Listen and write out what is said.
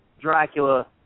Dracula